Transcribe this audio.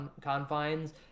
confines